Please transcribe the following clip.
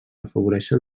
afavoreixen